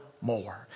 more